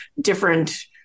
different